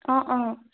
অঁ অঁ